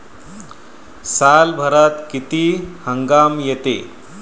सालभरात किती हंगाम येते?